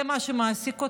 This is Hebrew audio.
זה מה שמעסיק אותם.